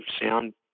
sound